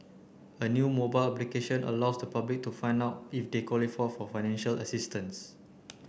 a new mobile application allows the public to find out if they qualify for financial assistance